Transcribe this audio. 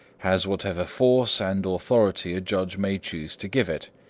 has whatever force and authority a judge may choose to give it,